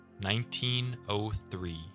1903